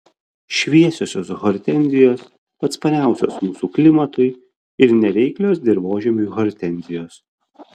šviesiosios hortenzijos atspariausios mūsų klimatui ir nereiklios dirvožemiui hortenzijos